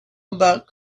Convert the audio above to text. about